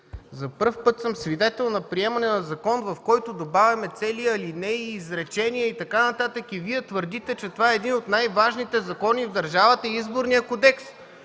За пръв път съм свидетел на приемане на закон, в който добавяме цели алинеи, изречения и т.н. и Вие твърдите, че това е един от най-важните закони в държавата – Изборният кодекс!